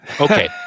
Okay